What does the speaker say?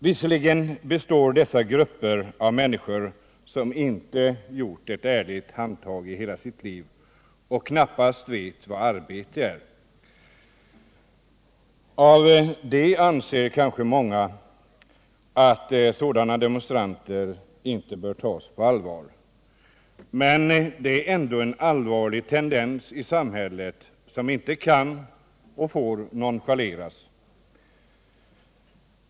Visserligen består dessa grupper av människor som inte gjort ett ärligt handtag i hela sitt liv och knappast vet vad arbete är, och därför anser kanske många att sådana demonstrationer inte bör tas på allvar, men det är ändå en allvarlig tendens i samhället som inte kan och får nonchaleras.